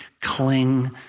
cling